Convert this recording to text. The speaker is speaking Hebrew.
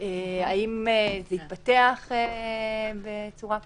האם זה התפתח בצורה כלשהי?